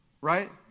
Right